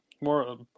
more